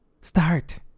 Start